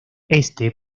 éste